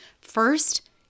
First